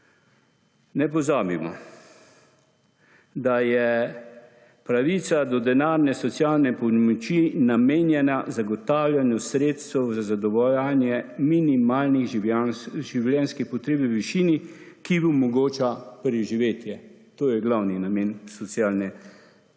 Ne pozabimo, da je pravica do denarne socialne pomoči namenjena zagotavljanju sredstev za zadovoljevanje minimalnih življenjskih potreb v višini, ki omogoča preživetje. To je glavni namen socialnih